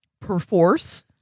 Perforce